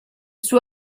sue